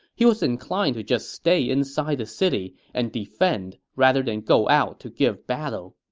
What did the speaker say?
he was inclined to just stay inside the city and defend rather than go out to give battle.